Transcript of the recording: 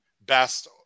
best